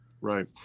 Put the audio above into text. right